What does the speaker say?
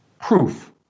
proof